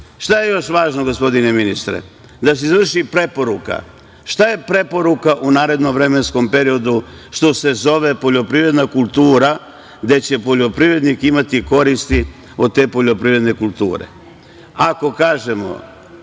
je još važno, gospodine ministre? Da se izvrši preporuka. Šta je preporuka u narednom vremenskom periodu, što se zove poljoprivredna kultura, gde će poljoprivrednik imati koristi od te poljoprivredne kulture?